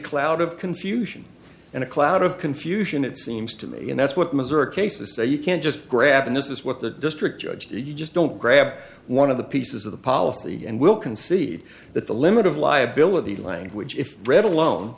cloud of confusion and a cloud of confusion it seems to me and that's what missouri cases say you can't just grap and this is what the district judge you just don't grab one of the pieces of the policy and will concede that the limit of liability language if bread alone